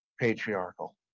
patriarchal